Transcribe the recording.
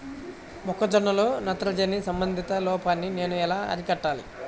మొక్క జొన్నలో నత్రజని సంబంధిత లోపాన్ని నేను ఎలా అరికట్టాలి?